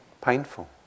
painful